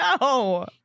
No